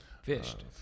fished